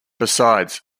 besides